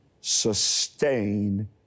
sustain